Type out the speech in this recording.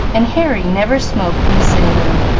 and harry never smoked in the sitting-room.